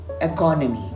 economy